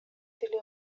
тили